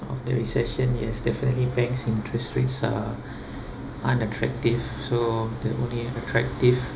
of the recession yes definitely banks' interest rates are unattractive so the only attractive